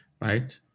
Right